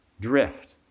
drift